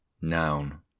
noun